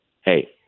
Hey